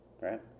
Right